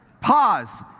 Pause